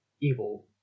evil